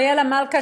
אריאלה מלכה,